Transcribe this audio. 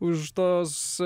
už tos